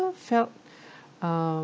felt um